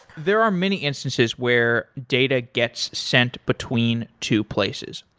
there are many instances where data gets sent between two places.